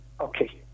Okay